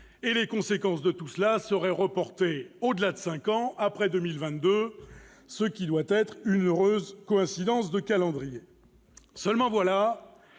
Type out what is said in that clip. et les conséquences de tout cela seraient reportées au-delà de cinq ans, soit après 2022, ce qui doit être une heureuse coïncidence de calendrier ... Seulement voilà,